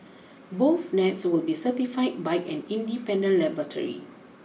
both nets will be certified by an independent laboratory